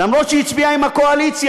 אף שהיא הצביעה עם הקואליציה,